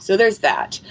so there's that.